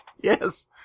Yes